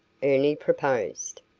ernie proposed.